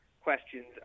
questions